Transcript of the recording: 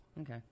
Okay